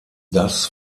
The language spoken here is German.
das